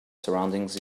surroundings